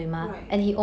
right